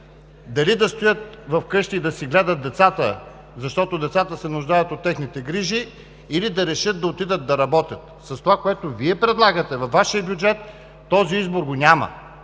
дали да стоят вкъщи и да си гледат децата, защото децата се нуждаят от техните грижи, или да решат да отидат да работят. С това, което Вие предлагате във Вашия бюджет, този избор го няма.